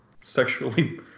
sexually